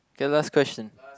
okay last question